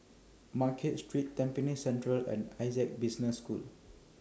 Market Street Tampines Central and Essec Business School